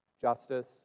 justice